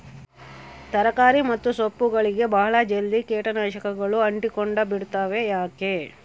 ತರಕಾರಿ ಮತ್ತು ಸೊಪ್ಪುಗಳಗೆ ಬಹಳ ಜಲ್ದಿ ಕೇಟ ನಾಶಕಗಳು ಅಂಟಿಕೊಂಡ ಬಿಡ್ತವಾ ಯಾಕೆ?